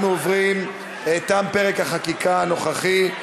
אנחנו עוברים, תם פרק החקיקה הנוכחי.